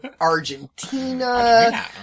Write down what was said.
Argentina